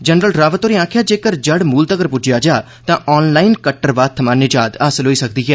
general Rawat होरे आक्खेआ जेकर जड़मूल तक्कर प्रज्जेआ जा तां ऑन लाईन कट्टरवाद थमां निजाद हासल होई सकदी ऐ